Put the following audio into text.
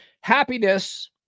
happiness